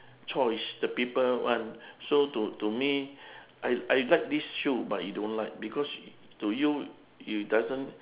choice the people want so to to me I I like this shoe but you don't like because to you it doesn't